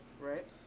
Right